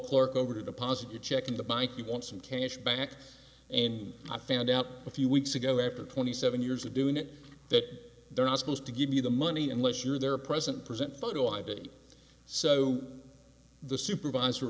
clerk over to positive check in the bank you want some cash back and i found out a few weeks ago after twenty seven years of doing it that they're not supposed to give me the money unless you're their present present photo id so the supervisor